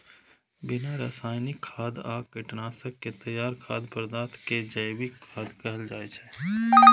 बिना रासायनिक खाद आ कीटनाशक के तैयार खाद्य पदार्थ कें जैविक खाद्य कहल जाइ छै